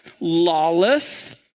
lawless